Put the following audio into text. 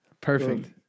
Perfect